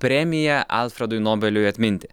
premija alfredui nobeliui atminti